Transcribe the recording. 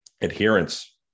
adherence